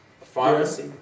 Pharmacy